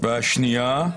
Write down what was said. והשנייה,